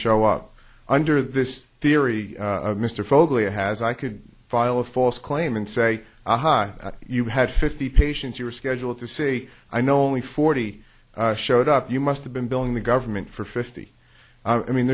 show up under this theory mr foley has i could file a false claim and say aha you had fifty patients you were scheduled to say i know only forty showed up you must have been billing the government for fifty i mean